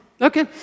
Okay